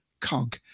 cog